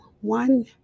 one